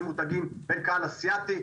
ובין קהל אסיאתי.